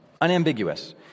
unambiguous